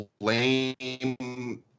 lame